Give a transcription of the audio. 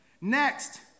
Next